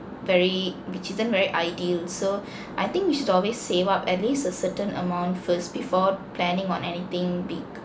very which isn't very ideal so I think we should always save up at least a certain amount first before planning on anything big